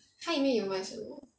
它里面有卖什么